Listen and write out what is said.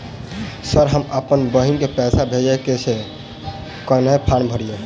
Sir हम अप्पन बहिन केँ पैसा भेजय केँ छै कहैन फार्म भरीय?